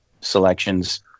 selections